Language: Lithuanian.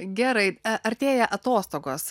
gerai artėja atostogos